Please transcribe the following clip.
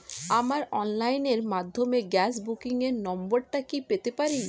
আমার অনলাইনের মাধ্যমে গ্যাস বুকিং এর নাম্বারটা কি পেতে পারি?